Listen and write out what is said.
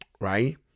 Right